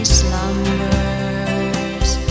slumbers